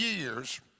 years